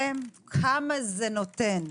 כמה זה נותן,